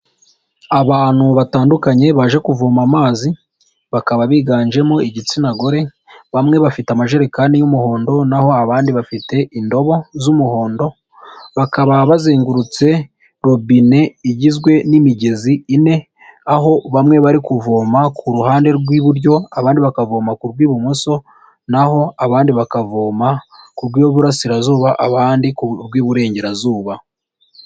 Abantu batandukanye baje kuvoma amazi bakaba biganjemo igitsina gore bamwe bafite amajerekani y'umuhondo naho abandi bafite indobo z'umuhondo bakaba bazengurutse robine igizwe n'imigezi ine aho bamwe bari kuvoma ku ruhande rw'iburyo abandi bakavoma kurw'ibumoso naho abandi bakavoma rw'uburasirazuba abandi rw'iburengerazuba.